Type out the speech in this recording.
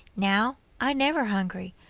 now, i never hungry,